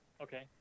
Okay